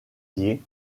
dié